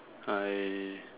I